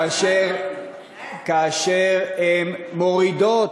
כאשר הן מורידות,